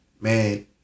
man